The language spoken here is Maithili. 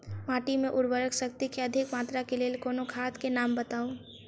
माटि मे उर्वरक शक्ति केँ अधिक मात्रा केँ लेल कोनो खाद केँ नाम बताऊ?